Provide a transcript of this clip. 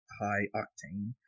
high-octane